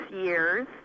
years